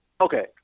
okay